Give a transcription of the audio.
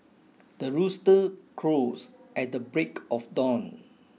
the rooster crows at the break of dawn